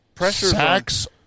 Sacks